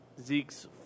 Zeke's